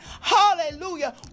hallelujah